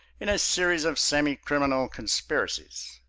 in a series of semicriminal conspiracies.